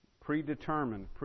predetermined